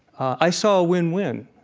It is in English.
i saw a win-win,